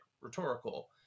rhetorical